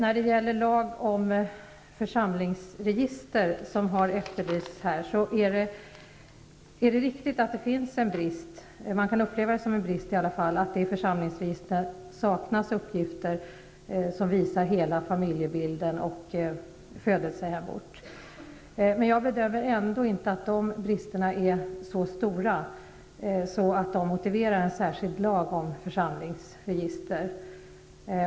Vad gäller en lag om församlingsregister, som har efterlysts här, är det riktigt att det i varje fall kan upplevas som en brist att det i församlingsregister saknas uppgifter som visar hela familjebilden och födelseort. Jag bedömer ändå inte att bristerna i det avseendet är så stora att de motiverar en särskild lag om församlingsregister.